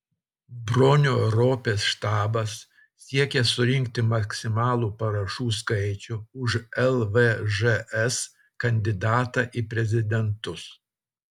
bronio ropės štabas siekia surinkti maksimalų parašų skaičių už lvžs kandidatą į prezidentus